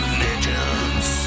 legends